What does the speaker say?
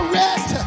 rest